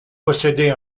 possédait